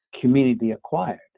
community-acquired